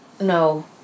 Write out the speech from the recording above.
no